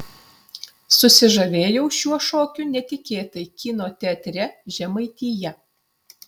susižavėjau šiuo šokiu netikėtai kino teatre žemaitija